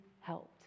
helped